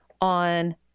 on